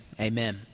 amen